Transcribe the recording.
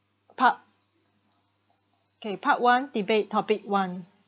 part okay~ part one debate topic one